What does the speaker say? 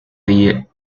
the